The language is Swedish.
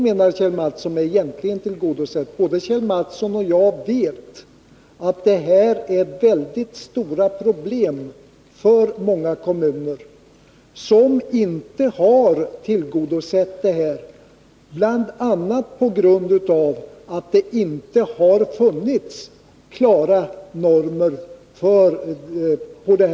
Men vad menas med ”egentligen tillgodosett”? Både Kjell Mattsson och jag vet att det här är väldigt stora problem för många kommuner som inte har tillgodosett det kravet, bl.a. på grund av att det inte har funnits klara normer på området.